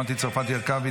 מטי צרפתי הרכבי,